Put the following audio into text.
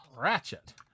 Ratchet